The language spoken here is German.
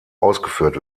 ausgeführt